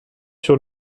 sur